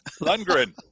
lundgren